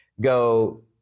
go